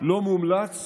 לא מומלץ